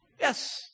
yes